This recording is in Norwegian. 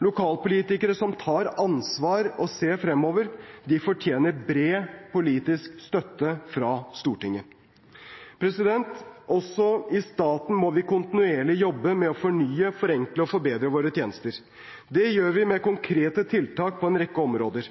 Lokalpolitikere som tar ansvar og ser fremover, fortjener bred politisk støtte fra Stortinget. Også i staten må vi kontinuerlig jobbe med å fornye, forenkle og forbedre våre tjenester. Det gjør vi med konkrete tiltak på en rekke områder.